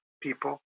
people